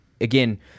again